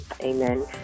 Amen